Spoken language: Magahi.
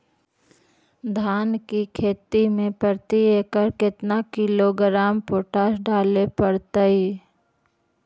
धान की खेती में प्रति एकड़ केतना किलोग्राम पोटास डाले पड़तई?